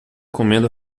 comendo